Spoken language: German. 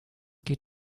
geht